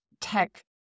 tech